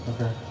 Okay